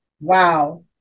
Wow